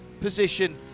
position